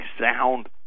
sound